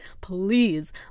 please